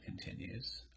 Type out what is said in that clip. continues